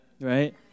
right